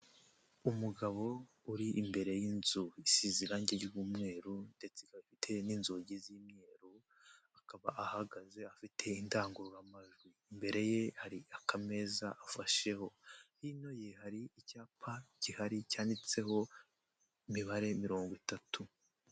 Umugabo uri imbere y'inzu isize irangi ry'umweru ndetse ikaba ifite n'inzugi z'imyeru, akaba ahagaze afite indangururamajwi, imbere ye hari akameza afasheho, hino ye hari icyapa gihari cyanditseho imibare mirongo itatu.